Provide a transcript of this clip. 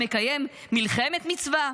חשבת שאתה מקיים מלחמת מצווה.